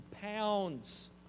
pounds